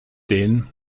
den